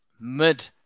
mid